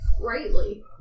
greatly